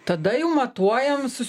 tada jau matuojam su